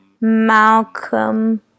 Malcolm